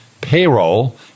payroll